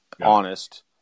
honest